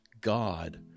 God